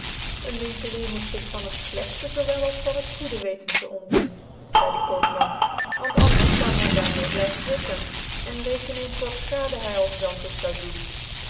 een winkelier moet zig van het flegte zoo wel als van het goede weten tc omdoen zcidc dc koopman want anders zoude hy daar mede blyven zitten en reken eens wat hij als dan zig zoude doen